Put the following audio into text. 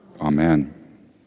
Amen